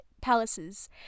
palaces